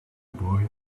boy